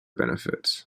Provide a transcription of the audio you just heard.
benefits